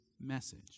message